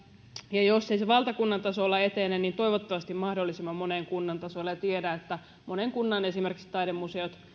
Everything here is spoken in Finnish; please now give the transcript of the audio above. ja jos ei se valtakunnan tasolla etene niin toivottavasti mahdollisimman monen kunnan tasolla tiedän että esimerkiksi monen kunnan taidemuseot